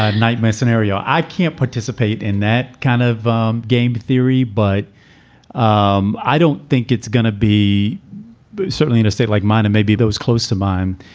ah nightmare scenario i can't participate in that kind of um game theory, but um i don't think it's going to be but certainly in a state like mine and maybe those close to mine,